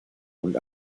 und